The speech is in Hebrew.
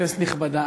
כנסת נכבדה,